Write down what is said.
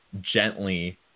gently